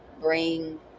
bring